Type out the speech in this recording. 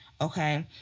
okay